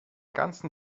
ganzen